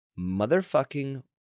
motherfucking